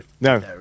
no